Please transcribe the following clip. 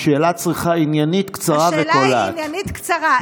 השאלה צריכה להיות עניינית, קצרה וקולעת.